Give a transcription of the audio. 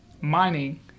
mining